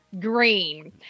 green